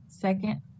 Second